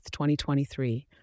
2023